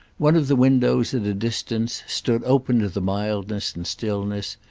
one of the windows, at a distance, stood open to the mildness and stillness,